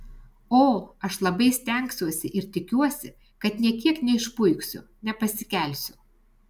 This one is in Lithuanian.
o aš labai stengsiuosi ir tikiuosi kad nė kiek neišpuiksiu nepasikelsiu